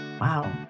Wow